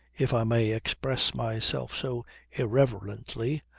if i may express myself so irreverently,